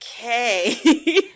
okay